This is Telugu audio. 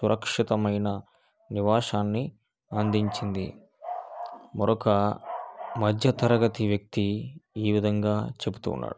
సురక్షితమైన నివాసాన్ని అందించింది మరొక మధ్యతరగతి వ్యక్తి ఈ విధంగా చెబుతున్నారు